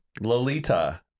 Lolita